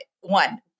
one